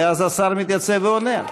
ואז השר מתייצב ועונה.